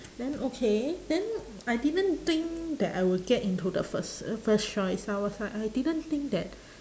then okay then I didn't think that I will get into the first uh first choice I was like I didn't think that